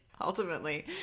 Ultimately